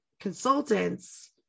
consultants